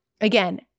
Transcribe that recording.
Again